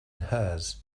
hers